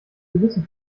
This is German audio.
gewissen